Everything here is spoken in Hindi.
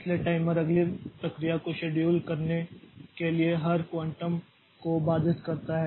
इसलिए टाइमर अगली प्रक्रिया को शेड्यूल करने के लिए हर क्वांटम को बाधित करता है